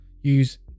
use